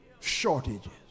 shortages